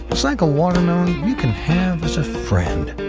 it's like a watermelon you can have as a friend.